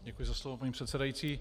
Děkuji za slovo, paní předsedající.